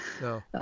No